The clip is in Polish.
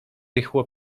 rychło